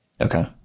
Okay